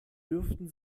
dürften